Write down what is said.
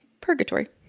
Purgatory